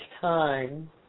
time